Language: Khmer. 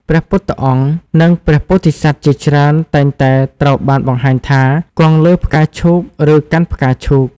ព្រះពុទ្ធអង្គ និងព្រះពោធិសត្វជាច្រើនតែងតែត្រូវបានបង្ហាញថា គង់លើផ្កាឈូក ឬកាន់ផ្កាឈូក។